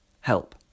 Help